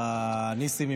ניסים,